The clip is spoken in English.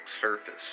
surface